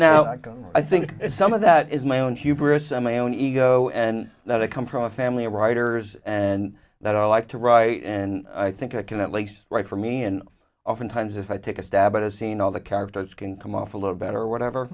now i think some of that is my own hubris my own ego and that i come from a family of writers and that i like to write and i think i can at least write for me and oftentimes if i take a stab at a scene all the characters can come off a little better or whatever